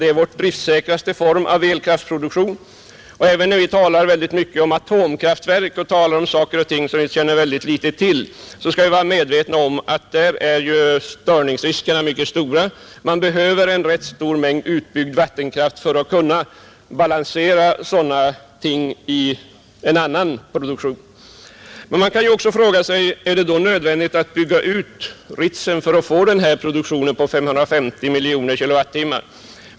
Den är vår driftsäkraste form av elkraftproduktion. När vi talar om atomkraftverk och andra saker som vi känner väldigt litet till, bör vi vara medvetna om att där är störningsriskerna mycket stora. Därför behöver vattenkraften tillvaratas för att vi skall kunna balansera driftstörningar i annan produktion. Man kan fråga sig om det är nödvändigt att bygga ut Ritsem för att få den önskade produktionen på 550 miljoner kilowattimmar.